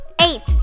eight